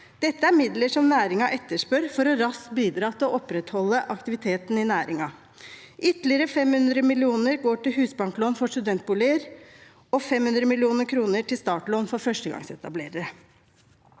Dette er midler som næringen etterspør for raskt å bidra til å opprettholde aktiviteten i næringen. Ytterligere 500 mill. kr går til husbanklån til studentboliger og 500 mill. kr til startlån for førstegangsetablerere.